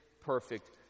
perfect